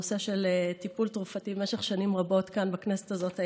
הנושא של טיפול תרופתי במשך שנים רבות היה עולה כאן בכנסת הזאת,